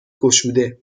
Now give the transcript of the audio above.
گشوده